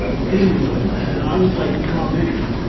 thing was on there. and i was like, you can't do this.